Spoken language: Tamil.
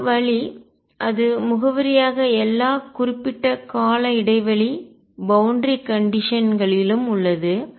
இந்த வழி அது முகவரியாக எல்லா குறிப்பிட்ட கால இடைவெளி பவுண்டரி கண்டிஷன் எல்லை நிபந்தனை களிலும் உள்ளது